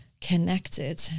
connected